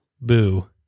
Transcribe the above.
boo